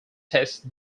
test